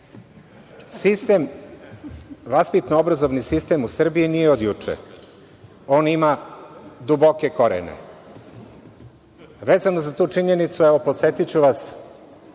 završeno. Vaspitno-obrazovni sistem u Srbiji nije od juče, on ima duboke korene. Vezano za tu činjenicu, podsetiću vas,